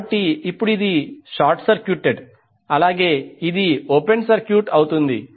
కాబట్టి ఇప్పుడు ఇది షార్ట్ సర్క్యూటెడ్ అలాగే ఇది ఓపెన్ సర్క్యూట్ అవుతుంది